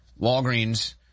Walgreens